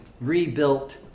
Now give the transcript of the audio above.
rebuilt